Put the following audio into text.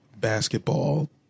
basketball